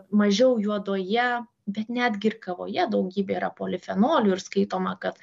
mažiau juodoje bet netgi ir kavoje daugybė yra polifenolių ir skaitoma kad